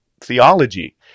theology